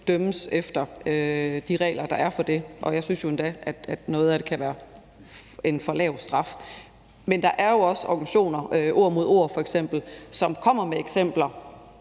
dømmes efter de regler, der er for det. Jeg synes jo endda, at der i forbindelse med noget af det kan være tale om en for lav straf. Men der er jo også organisationer, f.eks. Ord Mod Ord, som kommer med eksempler